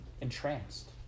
entranced